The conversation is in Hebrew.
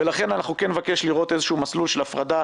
לכן נבקש לראות מסלול של הפרדה.